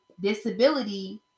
disability